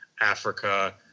Africa